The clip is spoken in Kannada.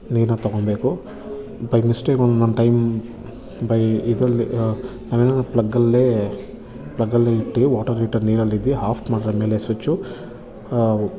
ನೀರನ್ನ ತೊಗೊಬೇಕು ಬೈ ಮಿಸ್ಟೇಕ್ ಒಂದೊಂದು ಟೈಮ್ ಬೈ ಇದರಲ್ಲಿ ನಾವು ಏನಾರ ಪ್ಲಗ್ಗಲ್ಲೇ ಪ್ಲಗ್ಗಲ್ಲೇ ಇಟ್ಟು ವಾಟರ್ ಹೀಟರ್ ನೀರಲ್ಲಿದ್ದು ಹಾಫ್ ಮಾಡಿದ್ಮೇಲೆ ಸ್ವಿಚ್ಚು